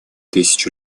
тысяч